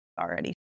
already